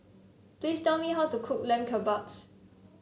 please tell me how to cook Lamb Kebabs